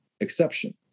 exception